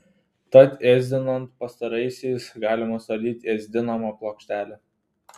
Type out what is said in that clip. tad ėsdinant pastaraisiais galima suardyti ėsdinamą plokštelę